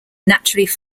naturally